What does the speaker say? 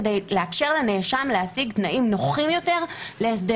כדי לאפשר לנאשם להשיג תנאים נוחים יותר להסדר.